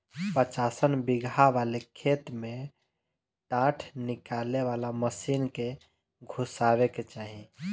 पचासन बिगहा वाले खेत में डाँठ निकाले वाला मशीन के घुसावे के चाही